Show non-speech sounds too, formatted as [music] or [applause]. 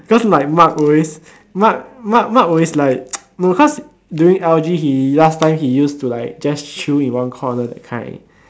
because like Mark always Mark Mark Mark always like [noise] because during l_g he last time he used to like just chill in one corner that kind